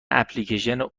اپلیکیشن